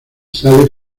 sale